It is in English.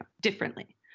differently